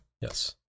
Yes